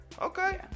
Okay